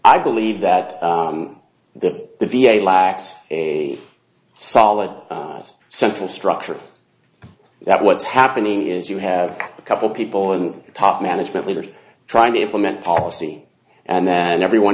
i believe that the v a lacks a solid central structure that what's happening is you have a couple people and top management leaders trying to implement policy and then everyone